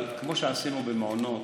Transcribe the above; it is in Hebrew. כמו שעשינו במעונות,